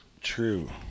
true